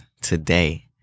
today